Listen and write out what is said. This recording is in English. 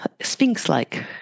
sphinx-like